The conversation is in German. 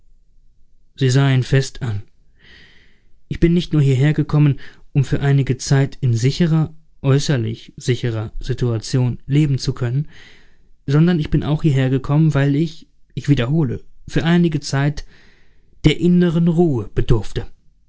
sie sah ihn fest an ich bin nicht nur hierhergekommen um für einige zeit in sicherer äußerlich sicherer situation leben zu können sondern ich bin auch hierhergekommen weil ich ich wiederhole für einige zeit der inneren ruhe bedurfte